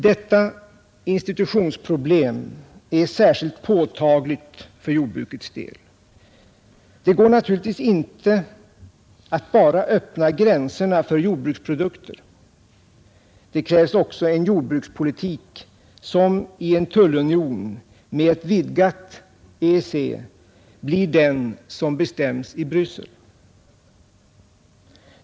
Detta institutionsproblem är särskilt påtagligt för jordbrukets del. Det går natur!igtvis inte att bara öppna gränserna för jordbruksprodukter. Det krävs också en jordbrukspolitik, som i en tullunion med ett vidgat EEC blir den som bestäms i Bryssel.